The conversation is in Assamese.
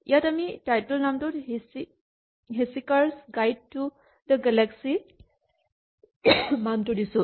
ইয়াত আমি টাইটল নামটোত "hitchhiker's guide to the galaxy" মানটো দিছো